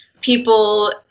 people